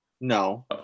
No